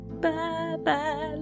Bye-bye